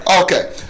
Okay